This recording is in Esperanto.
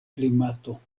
klimato